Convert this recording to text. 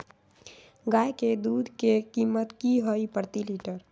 गाय के दूध के कीमत की हई प्रति लिटर?